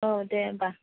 औ दे होमब्ला